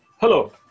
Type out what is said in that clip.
Hello